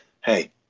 Hey